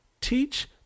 teach